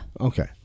Okay